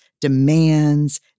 demands